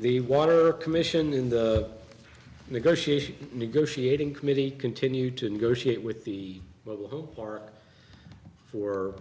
the water commission in the negotiation negotiating committee continued to negotiate with the mobile home park for